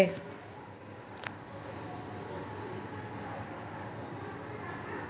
जल जीवन मिशन योजना क्या है?